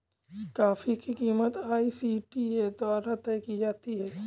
coffee की कीमत ICTA द्वारा तय की जाती है